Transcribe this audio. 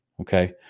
Okay